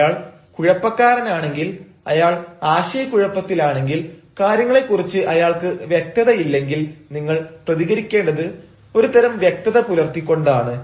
അയാൾ കുഴപ്പക്കാരനാണെങ്കിൽ അയാൾ ആശയക്കുഴപ്പത്തിലാണെങ്കിൽ കാര്യങ്ങളെക്കുറിച്ച് അയാൾക്ക് വ്യക്തത ഇല്ലെങ്കിൽ നിങ്ങൾ പ്രതികരിക്കേണ്ടത് ഒരുതരം വ്യക്തത പുലർത്തി കൊണ്ടാണ്